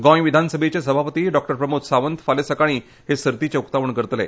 गोंय विधानसभेचे सभापती प्रमोद सावंत फाल्यां सकाळीं हे सर्तीचें उकातवण करतले